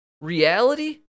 reality